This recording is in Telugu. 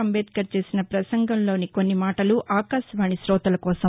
అంబేద్కర్ చేసిన ప్రసంగంలోని కొన్ని మాటలు ఆకాశవాణి తోతల కోసం